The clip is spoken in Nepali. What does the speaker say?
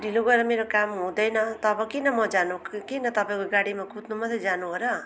ढिलो गएर मेरो काम हुँदैन तब किन म जानु क किन म तपाईँको गाडीमा कुद्नु मात्रै जानु हो र